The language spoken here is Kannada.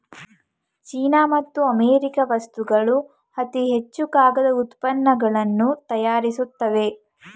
ಚೀನಾ ಮತ್ತು ಅಮೇರಿಕಾ ವಸ್ತುಗಳು ಅತಿ ಹೆಚ್ಚು ಕಾಗದ ಉತ್ಪನ್ನಗಳನ್ನು ತಯಾರಿಸುತ್ತವೆ